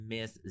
Miss